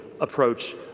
approach